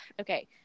okay